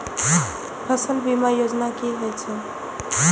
फसल बीमा योजना कि होए छै?